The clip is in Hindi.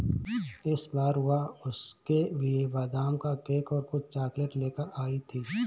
इस बार वह उसके लिए बादाम का केक और कुछ चॉकलेट लेकर आई थी